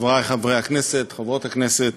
חברי חברי הכנסת, חברות הכנסת,